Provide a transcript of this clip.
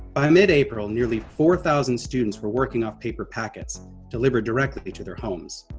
by mid-april, nearly four thousand students were working off paper packets delivered directly to their homes.